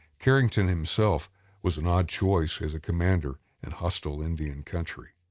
carrington himself was an odd choice as a commander in hostile indian country.